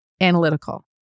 analytical